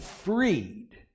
freed